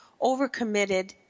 overcommitted